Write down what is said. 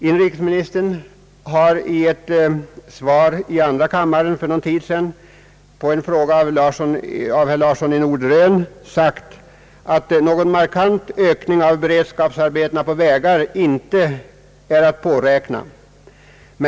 Inrikesministern har i ett svar i andra kammaren för någon tid sedan på en fråga av herr Larsson i Norderön sagt, att någon markant ökning av beredskapsarbeten på vägar inte är påräknad.